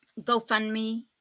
GoFundMe